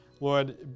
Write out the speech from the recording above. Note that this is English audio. Lord